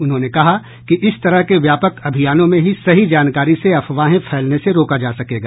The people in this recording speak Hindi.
उन्होंने कहा कि इस तरह के व्यापक अभियानों में ही सही जानकारी से अफवाहें फैलने से रोका जा सकेगा